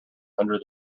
under